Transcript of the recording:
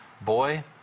boy